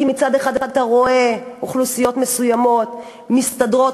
כי מצד אחד אתה רואה אוכלוסיות מסוימות מסתדרות,